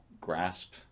grasp